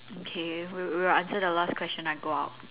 okay we will answer the last question I go out